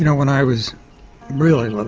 you know when i was really little,